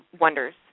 wonders